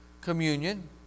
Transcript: communion